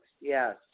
Yes